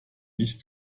nicht